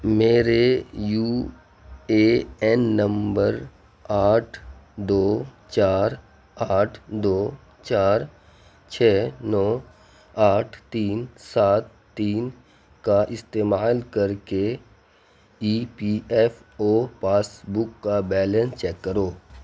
میرے U A N number آٹھ دو چار آٹھ دو چار چھ نو آٹھ تین سات تین کا استعمال کر کے E P F O passbook کا بیلنس چیک کرو